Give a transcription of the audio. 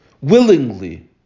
willingly